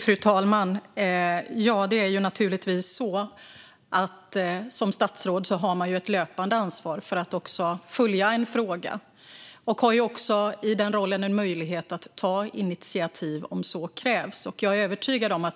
Fru talman! Som statsråd har man naturligtvis ett löpande ansvar för att följa en fråga och har i den rollen möjlighet att ta initiativ om så krävs.